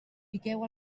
piqueu